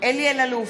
אלי אלאלוף,